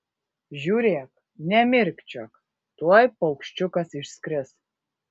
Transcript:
žiūrėk nemirkčiok tuoj paukščiukas išskris